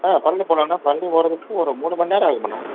ஆ பழனி போகலாண்ணா பழனி போகறதுக்கு ஒரு மூணுமண்நேரம் ஆகும்ண்ணா